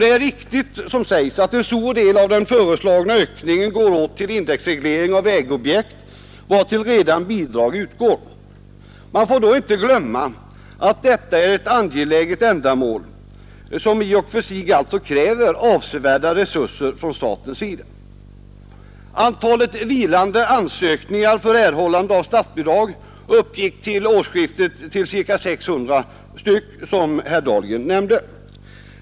Det är riktigt som sägs att en stor del av den föreslagna ökningen går åt till indexreglering av kostnaderna för vägobjekt, vartill redan bidrag utgår. Man får då inte glömma att detta är ett angeläget ändamål, som i och för sig alltså kräver avsevärda resurser från statens sida. Antalet vilande ansökningar för erhållande av statsbidrag var vid det senaste årsskiftet ca 600, som herr Dahlgren nämnde.